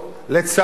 לצערי,